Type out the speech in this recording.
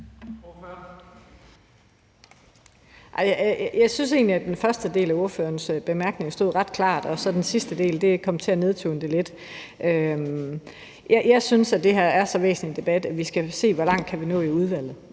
Jeg synes egentlig, at den første del af ordførerens bemærkning stod ret klart, og at den sidste del så kom til at nedtone det lidt. Jeg synes, at det her er så væsentlig en debat, at vi skal se, hvor langt vi kan nå i udvalget.